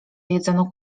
jedzono